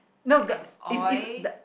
no g~ f~ is is the